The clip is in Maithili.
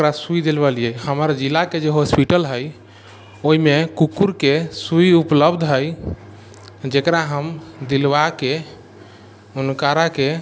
ओकरा सूइ दिलबेलिए हमर जिलाके जे हॉस्पिटल हइ ओयमे कुकुरके सूइ उपलब्ध हइ जेकरा हम दिलवाके हुनकराके